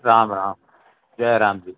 राम राम जय राम जी की